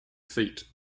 feat